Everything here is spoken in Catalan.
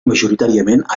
majoritàriament